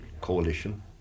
coalition